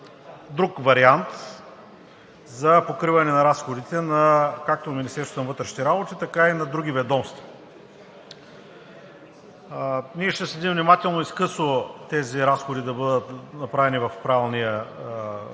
друг вариант за покриването на разходите както на Министерството на вътрешните работи, така и на другите ведомства. Ние ще следим внимателно и изкъсо тези разходи да бъдат направени по правилния начин